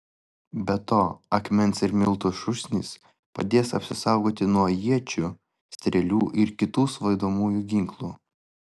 be to akmens ir miltų šūsnys padės apsisaugoti nuo iečių strėlių ir kitų svaidomųjų ginklų